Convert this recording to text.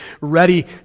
ready